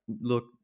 look